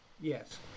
Yes